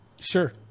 Sure